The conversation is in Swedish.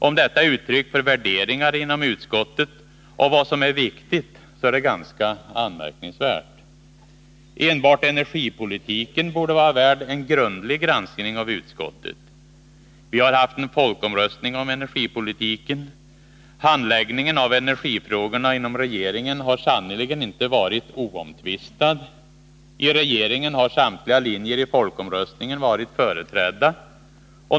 Om detta är uttryck för 17 värderingar inom utskottet av vad som är viktigt så är det ganska anmärkningsvärt. Enbart energipolitiken borde vara värd en grundlig granskning av utskottet. Vi har haft en folkomröstning om energipolitiken. Handläggningen av energifrågorna inom regeringen har sannerligen inte varit oomtvistad. I regeringen har samtliga linjer i folkomröstningen varit företrädda.